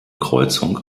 kreuzung